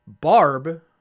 Barb